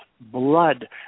blood